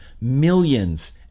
millions